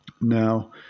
now